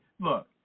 look